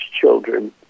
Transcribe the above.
children